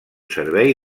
servei